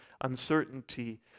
uncertainty